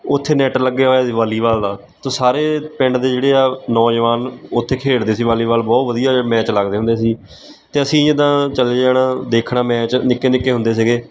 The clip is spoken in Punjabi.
ਉੱਥੇ ਨੈਟ ਲੱਗਿਆ ਹੋਇਆ ਸੀ ਵਾਲੀਬਾਲ ਦਾ ਤੋ ਸਾਰੇ ਪਿੰਡ ਦੇ ਜਿਹੜੇ ਆ ਨੌਜਵਾਨ ਉੱਥੇ ਖੇਡਦੇ ਸੀ ਵਾਲੀਬਾਲ ਬਹੁਤ ਵਧੀਆ ਮੈਚ ਲੱਗਦੇ ਹੁੰਦੇ ਸੀ ਅਤੇ ਅਸੀਂ ਜਿੱਦਾਂ ਚਲੇ ਜਾਣਾ ਦੇਖਣਾ ਮੈਚ ਨਿੱਕੇ ਨਿੱਕੇ ਹੁੰਦੇ ਸੀਗੇ